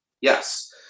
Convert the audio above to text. Yes